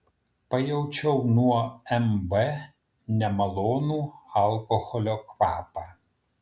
pajaučiau nuo mb nemalonų alkoholio kvapą